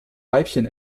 weibchen